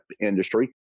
industry